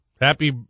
Happy